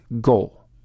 goal